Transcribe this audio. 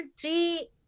three